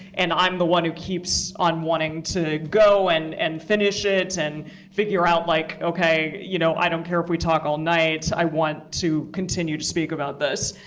and i'm the one who keeps on wanting to go, and and finish it, and figure out, like ok, you know i don't care if we talk all night, i want to continue to speak about this.